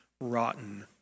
rotten